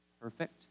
perfect